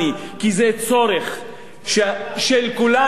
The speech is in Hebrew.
כי זה צורך של כולנו.